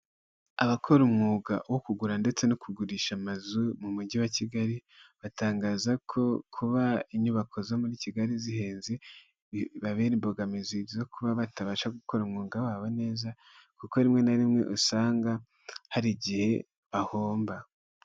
Abakora umwuga wo kugura ndetse no kugurisha amazu mu mugi wa Kigali, batangaza ko kuba inyubako zo muri Kigali zihenze bibabera imbogamizi zo kuba batabasha gukora umwuga wabo neza, kuko rimwe na rimwe usanga hari igihe bahomba.